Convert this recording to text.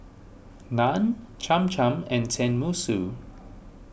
Naan Cham Cham and Tenmusu